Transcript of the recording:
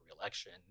reelection